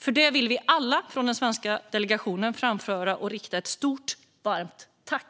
För detta vill vi alla i den svenska delegationen framföra ett stort, varmt tack.